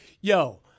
yo